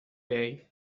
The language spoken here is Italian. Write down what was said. lei